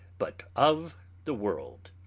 but of the world.